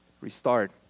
restart